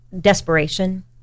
desperation